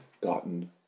gotten